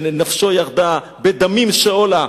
שנפשו ירדה בדמים שאולה.